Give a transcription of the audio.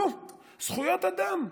נו, זכויות אדם.